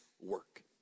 work